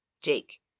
Jake